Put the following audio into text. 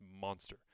monster